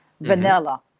vanilla